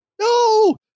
no